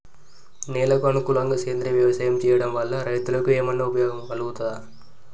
నేలకు అనుకూలంగా సేంద్రీయ వ్యవసాయం చేయడం వల్ల రైతులకు ఏమన్నా ఉపయోగం కలుగుతదా?